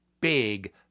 big